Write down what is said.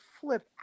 flip